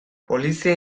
polizia